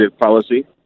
policy